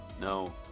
No